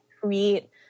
create